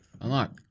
Unlock